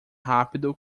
rápido